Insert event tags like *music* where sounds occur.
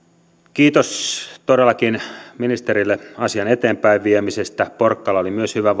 kiitos todellakin ministerille asian eteenpäinviemisestä porkkala oli myös hyvä *unintelligible*